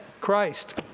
Christ